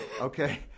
okay